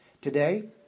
Today